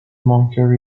moniker